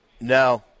No